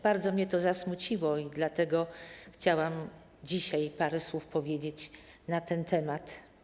Bardzo mnie to zasmuciło i dlatego chciałam dzisiaj parę słów powiedzieć na ten temat.